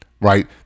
right